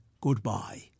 goodbye